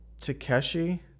Takeshi